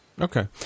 Okay